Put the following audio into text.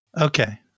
Okay